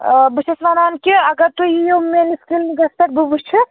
آ بہٕ چھَس وَنان کہِ اگر تُہۍ یِیِو میٛٲنِس کِلنِکَس پٮ۪ٹھ بہٕ وُچھِ